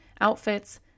outfits